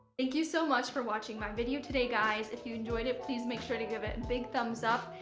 thank you so much for watching my video today, guys. if you enjoyed it, please make sure to give it a big thumbs up,